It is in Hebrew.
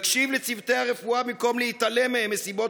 יקשיב לצוותי הרפואה במקום להתעלם מהם מסיבות